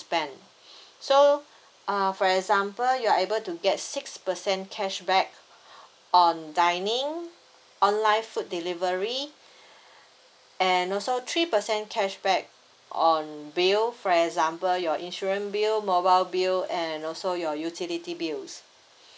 spend so uh for example you are able to get six percent cashback on dining online food delivery and also three percent cashback on bill for example your insurance bill mobile bill and also your utility bills